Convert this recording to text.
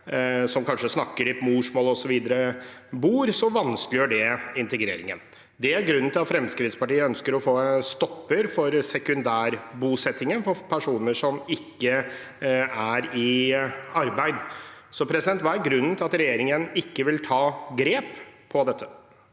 andre snakker samme morsmål osv., vanskeliggjør det integreringen. Det er grunnen til at Fremskrittspartiet ønsker å få en stopper for sekundærbosettingen for personer som ikke er i arbeid. Hva er grunnen til at regjeringen ikke vil ta grep på dette